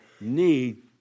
need